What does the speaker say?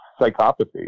psychopathy